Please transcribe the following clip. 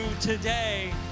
today